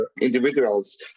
individuals